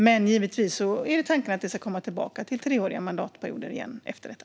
Men givetvis är tanken att det ska återgå till treåriga mandatperioder efter detta.